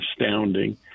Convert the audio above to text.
astounding